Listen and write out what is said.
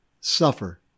suffer